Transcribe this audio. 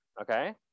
Okay